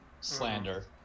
slander